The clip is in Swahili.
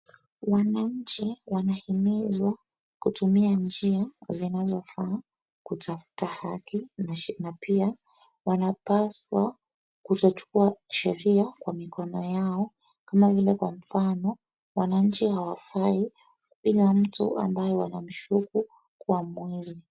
Wananchi wanahimizwa kutumia njia zinazofa kutafta haki na pia wanapaswa kutochukua sheria kwenye mikono yao , kama vile kwa mfano; wananchi hawafai kupiga mtu ambaye wanamshuku kuwa mwizi .